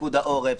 פיקוד העורף,